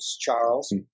charles